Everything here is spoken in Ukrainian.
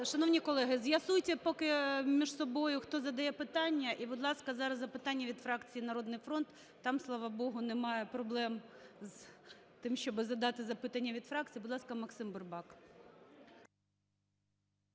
Шановні колеги, з'ясуйте поки між собою, хто задає питання. І будь ласка зараз запитання від фракції "Народний фронт". Там, слава Богу, немає проблем з тим, щоби задати запитання від фракції. Будь ласка, Максим Бурбак.